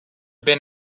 been